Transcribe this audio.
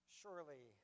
surely